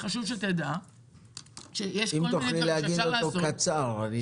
חשוב שתדע -- אם תוכלי להגיד אותו בקצרה.